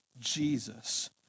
Jesus